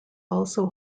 also